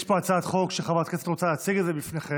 יש פה הצעת חוק שחברת הכנסת רוצה להציג בפניכם.